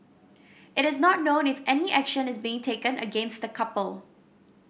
it is not known if any action is being taken against the couple